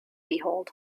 behold